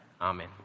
Amen